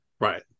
Right